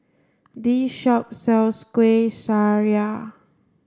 this shop sells Kueh Syara